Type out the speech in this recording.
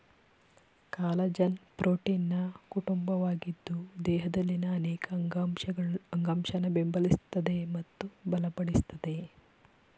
collagen ಪ್ರೋಟೀನ್ನ ಕುಟುಂಬವಾಗಿದ್ದು ದೇಹದಲ್ಲಿನ ಅನೇಕ ಅಂಗಾಂಶನ ಬೆಂಬಲಿಸ್ತದೆ ಮತ್ತು ಬಲಪಡಿಸ್ತದೆ